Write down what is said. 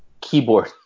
keyboard